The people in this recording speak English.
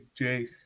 Jace